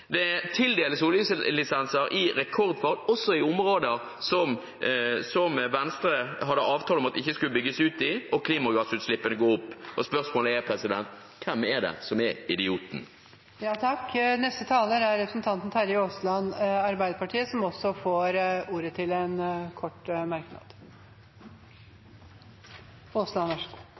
Det tildeles oljelisenser i rekordfart, også i områder der Venstre hadde avtale om at det ikke skulle bygges ut, og klimagassutslippene går opp. Spørsmålet er: Hvem er det som er idioten? Representanten Terje Aasland har hatt ordet to ganger tidligere og får ordet til en kort merknad,